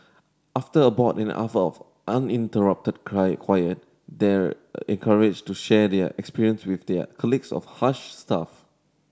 after about an hour of uninterrupted cry quiet they are encouraged to share their experience with their colleagues or Hush staff